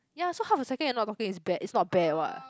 ya so half a second you're not talking is bad is not bad what